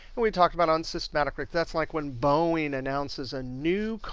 and we talked about on systematic risk that's like when boeing announces a new,